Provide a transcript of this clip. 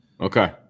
Okay